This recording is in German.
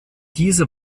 diese